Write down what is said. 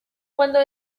cuando